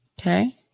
Okay